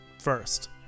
first